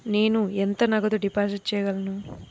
నేను ఎంత నగదు డిపాజిట్ చేయగలను?